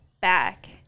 back